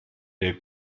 der